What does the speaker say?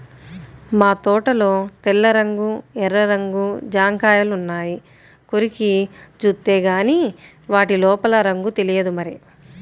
మా తోటలో తెల్ల రంగు, ఎర్ర రంగు జాంకాయలున్నాయి, కొరికి జూత్తేగానీ వాటి లోపల రంగు తెలియదు మరి